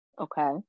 okay